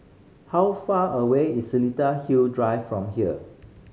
how far away is Seletar Hill Drive from here